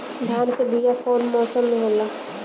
धान के बीया कौन मौसम में होला?